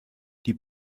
die